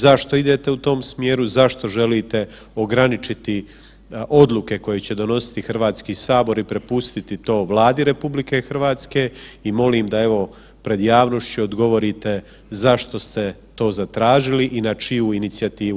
Zašto idete u tom smjeru, zašto želite ograničiti odluke koje će donositi Hrvatski sabor i prepustiti to Vladi RH i molim da evo, pred javnošću odgovorite zašto ste to zatražili i na čiju inicijativu?